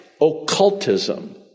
occultism